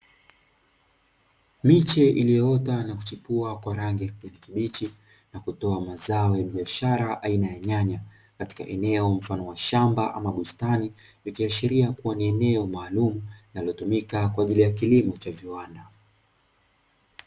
Miche iliyoota na kuchipua kwa rangi ya kijani kibichi na kutoa mazao ya biashara aina ya nyanya katika eneo mfano wa shamba ama bustani, ikiashiria kuwa ni eneo maalumu linalotumika kwa ajili ya kilimo cha viwanda.